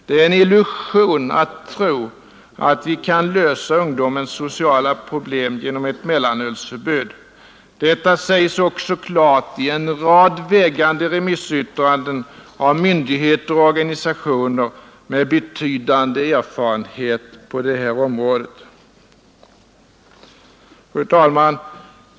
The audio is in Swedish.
Det är en illusion att tro att vi kan lösa ungdomens sociala problem genom ett mellanölsförbud. Detta sägs också klart i en rad vägande remissyttranden av myndigheter och organisationer med betydande erfarenhet på detta område. Fru talman!